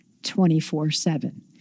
24-7